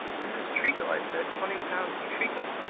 this is treacle, i said twenty pounds of treacle.